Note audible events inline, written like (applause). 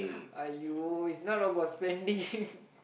!aiyo! is not about spending (laughs)